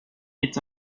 est